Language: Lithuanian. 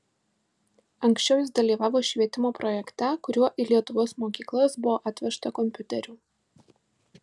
anksčiau jis dalyvavo švietimo projekte kuriuo į lietuvos mokyklas buvo atvežta kompiuterių